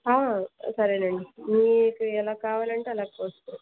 సరేనండి మీకు ఎలా కావాలంటే అలా కోసుకోవచ్చు